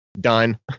done